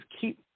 keep